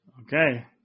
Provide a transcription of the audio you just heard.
Okay